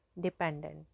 dependent